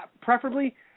Preferably